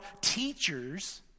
teachers